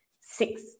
six